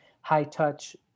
high-touch